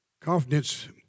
Confidence